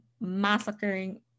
massacring